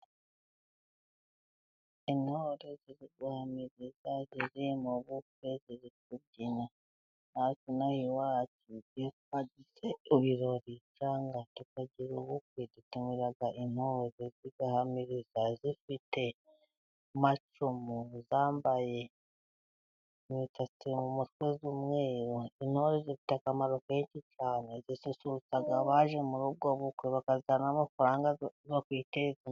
Intore ziri guhamiriza, ziri mu bukwe, ziri kubyina. Ntawe ino aha iwacu iyo twagize ibirori cyangwa tukagira ubukwe, dutumira intore zigahamiriza zifite amacumu, zambaye imisatsi mu mutwe y'umweru. Intore zifite akamaro kenshi cyane, zisusurutsa abaje muri ubwo bukwe bakazana n'amafaranga ...